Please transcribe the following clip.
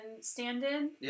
stand-in